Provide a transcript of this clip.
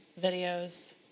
videos